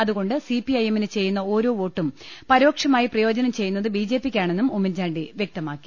അതുകൊണ്ട് സിപി ഐഎമ്മിന് ചെയ്യുന്ന ഓരോ വോട്ടും പരോക്ഷമായി പ്രയോജനം ചെയ്യുന്നത് ബി ജെ പിക്കാണെന്നും ഉമ്മൻചാണ്ടി വ്യക്തമാക്കി